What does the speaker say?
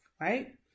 right